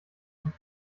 von